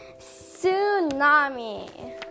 Tsunami